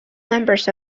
members